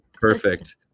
perfect